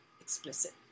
explicit